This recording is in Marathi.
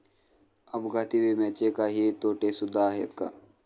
अपघाती विम्याचे काही तोटे सुद्धा आहेत का?